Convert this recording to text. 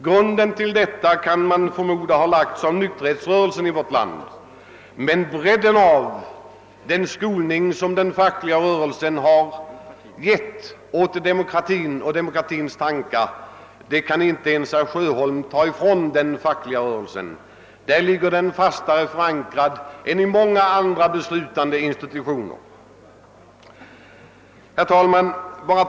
Grunden till detta kan man förmoda har lagts av nykterhetsrörelsen i vårt land, men förtjänsten av bredden i den skolning, som den fackliga rörelsen har givit åt demokratin och dess tankar, kan inte ens herr Sjöholm ta ifrån den fackliga rörelsen. Där ligger demokratin fastare förankrad än i många andra beslutande institutioner. Herr talman!